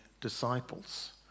disciples